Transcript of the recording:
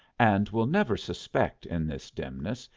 and will never suspect in this dimness,